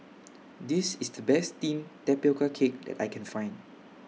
This IS The Best Steamed Tapioca Cake that I Can Find